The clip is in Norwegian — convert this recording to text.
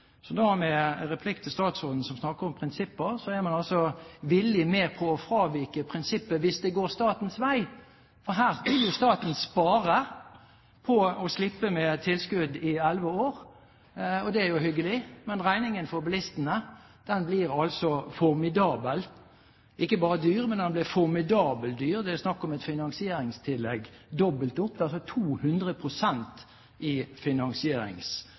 Så da, med replikk til statsråden som snakker om prinsipper, er man altså villig med på å fravike prinsippet hvis det går statens vei. Her kunne staten spare på å slippe med tilskudd i elleve år, og det er jo hyggelig, men regningen for bilistene blir altså formidabel – ikke bare dyr, men den blir formidabelt dyr. Det er snakk om et finansieringstillegg dobbelt opp, det er altså 200 pst. i